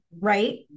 Right